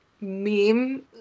meme